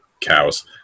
cows